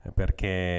perché